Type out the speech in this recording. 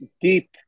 deep